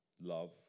love